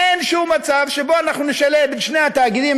אין שום מצב שבו אנחנו נשלב את שני התאגידים